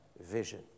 Vision